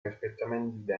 perfettamente